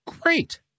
Great